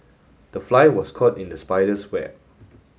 the fly was caught in the spider's web